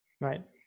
Right